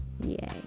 yay